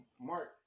Mark